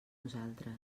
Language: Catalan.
nosaltres